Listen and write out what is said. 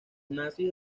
nazis